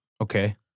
Okay